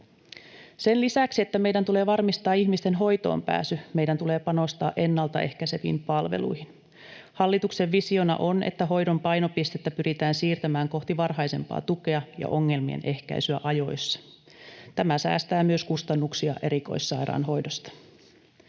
Sen lisäksi, että meidän tulee varmistaa ihmisten hoitoon pääsy, meidän tulee panostaa ennaltaehkäiseviin palveluihin. Hallituksen visiona on, että hoidon painopistettä pyritään siirtämään kohti varhaisempaa tukea ja ongelmien ehkäisyä ajoissa. Tämä säästää myös kustannuksia erikoissairaanhoidosta.